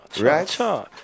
Right